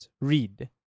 read